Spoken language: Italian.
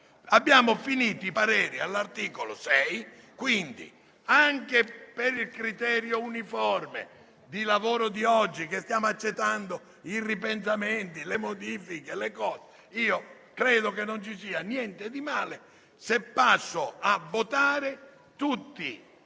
Abbiamo concluso i pareri all'articolo 6, quindi anche per il criterio uniforme di lavoro di oggi (stiamo accettando i ripensamenti, le modifiche e quant'altro), credo che non ci sia niente di male se passo a votare tutti